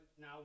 now